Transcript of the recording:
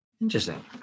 Interesting